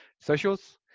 socials